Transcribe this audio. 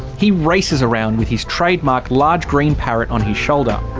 he races around with his trademark large green parrot on his shoulder.